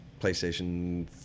PlayStation